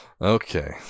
okay